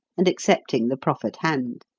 and accepting the proffered hand.